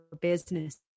business